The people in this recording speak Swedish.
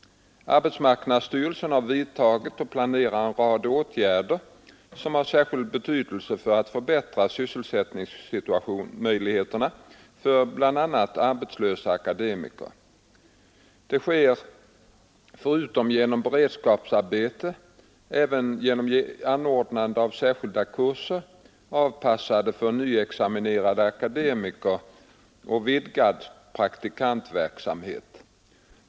Arbetmarknadsstyrelsen har vidtagit och planerar en rad åtgärder som har särskild betydelse för att förbättra sysselsättningsmöjligheterna för bl.a. arbetslösa akademiker. Det sker förutom genom beredskapsarbeten även genom anordnandet av särskilda kurser, avpassade för nyexaminerade akademiker, och vidgad praktikverksamhet.